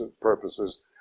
purposes